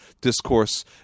discourse